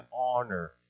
honor